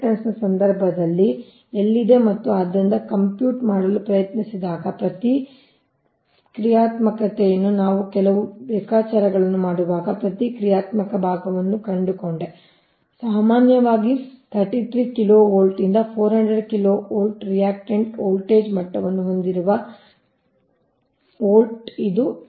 ಇಂಡಕ್ಟನ್ಸ್ನ ಸಂದರ್ಭದಲ್ಲಿ ಎಲ್ಲಿದೆ ಮತ್ತು ಆದ್ದರಿಂದ ನಾವು ಕಂಪ್ಯೂಟ್ ಮಾಡಲು ಪ್ರಯತ್ನಿಸಿದಾಗ ಪ್ರತಿಕ್ರಿಯಾತ್ಮಕತೆಯನ್ನು ನಾನು ಕೆಲವು ಲೆಕ್ಕಾಚಾರಗಳನ್ನು ಮಾಡುವಾಗ ಆ ಪ್ರತಿಕ್ರಿಯಾತ್ಮಕ ಭಾಗವನ್ನು ಕಂಡುಕೊಂಡೆ ಸಾಮಾನ್ಯವಾಗಿ 33 KV ಯಿಂದ 400 KV ರಿಯಾಕ್ಟಂಟ್ ಸಮಯವನ್ನು ಉಲ್ಲೇಖಿಸಿ 1633 ವೋಲ್ಟೇಜ್ ಮಟ್ಟವನ್ನು ಹೊಂದಿರುವ V ಇದು 0